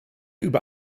über